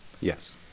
Yes